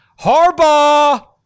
Harbaugh